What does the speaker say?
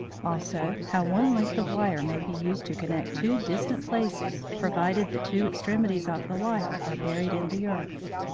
also how one length of wire may be used to connect two distant places provided the two extremities of the wire are buried in the earth.